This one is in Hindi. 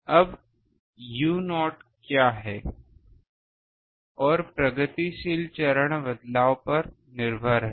अबu0 क्या है और प्रगतिशील चरण बदलाव पर निर्भर है